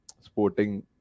sporting